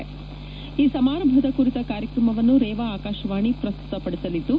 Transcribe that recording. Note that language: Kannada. ಡಿ ಸಮಾರಂಭದ ಖರಿತ ಕಾರ್ಯಕ್ರಮವನ್ನು ರೇವಾ ಆಕಾರವಾಣಿ ಪ್ರಸ್ತುತ ವಡಿಸಲಿದ್ದು